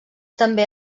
també